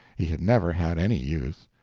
he had never had any youth.